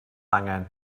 angen